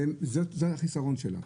זה החיסרון שלה.